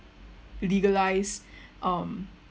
legalise um